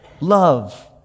love